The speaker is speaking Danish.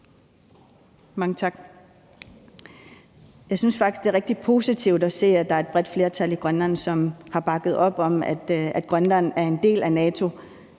Mange tak. Jeg synes faktisk, det er rigtig positivt at se, at der er et bredt flertal i Grønland, som har bakket op om, at Grønland er en del af NATO